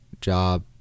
job